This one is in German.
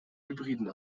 hybrid